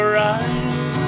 right